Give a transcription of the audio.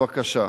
בבקשה.